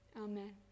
Amen